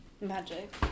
magic